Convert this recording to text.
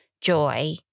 joy